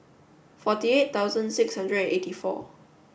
forty eight thousand six hundred eighty four